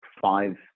five